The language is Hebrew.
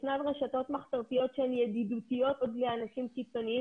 ישנן רשתות מחתרתיות שהן ידידותיות לאנשים קיצוניים